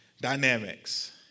dynamics